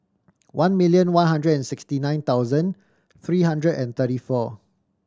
one million one hundred and sixty nine thousand three hundred and thirty four